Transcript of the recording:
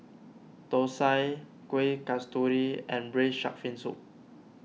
Thosai Kuih Kasturi and Braised Shark Fin Soup